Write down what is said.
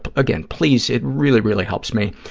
again, please, it really, really helps me.